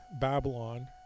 Babylon